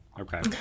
Okay